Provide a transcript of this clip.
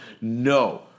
No